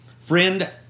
Friend